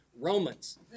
Romans